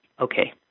okay